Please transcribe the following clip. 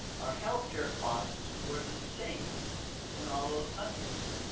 our healthcare costs were the same in all those countries.